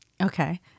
Okay